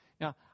Now